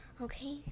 Okay